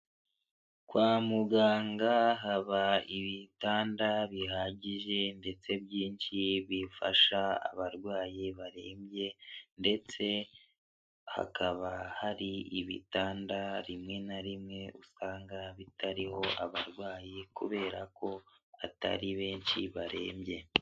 Kwa muganga haba ibitanda bihagije, ndetse byinshi bifasha abarwayi barembye, ndetse hakaba hari ibitanda rimwe na rimwe, usanga bitariho abarwayi kubera ko atari benshi barembye.